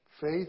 Faith